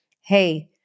hey